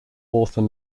author